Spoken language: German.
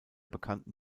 bekannten